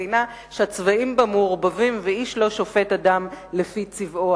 מדינה שהצבעים בה מעורבבים ואיש לא שופט אדם לפי צבעו.